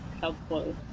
helpful